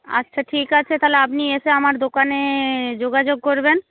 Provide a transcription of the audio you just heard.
আচ্ছা ঠিক আছে তাহলে আপনি এসে আমার দোকানে যোগাযোগ করবেন